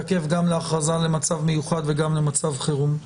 תקף גם להכרזה למצב מיוחד וגם למצב חירום.